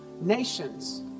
nations